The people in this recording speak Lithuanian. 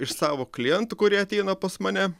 iš savo klientų kurie ateina pas mane